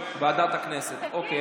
ועדת הכנסת, אוקיי.